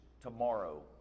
tomorrow